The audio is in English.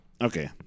Okay